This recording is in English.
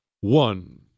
One